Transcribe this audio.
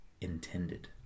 intended